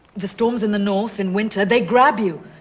the storms in the north in winter, they grab you,